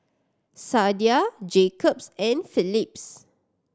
Sadia Jacob's and Phillips